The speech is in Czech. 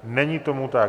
Není tomu tak.